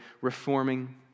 reforming